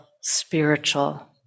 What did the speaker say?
spiritual